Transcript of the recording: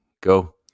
go